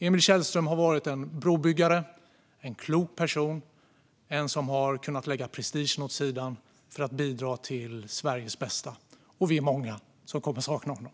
Emil Källström har varit en brobyggare, en klok person och en person som har kunnat lägga prestigen åt sidan för att bidra till Sveriges bästa. Vi är många, herr talman, som kommer att sakna honom.